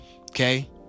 okay